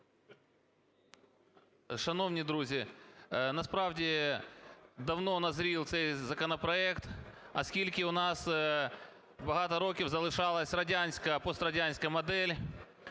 Шановні друзі, насправді давно назрів цей законопроект. Оскільки у нас багато років залишалась радянська, пострадянська модель